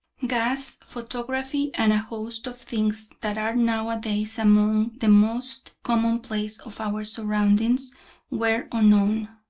gas, photography, and a host of things that are now-a-days among the most commonplace of our surroundings were unknown,